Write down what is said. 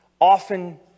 often